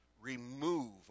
remove